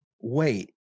wait